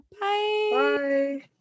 Bye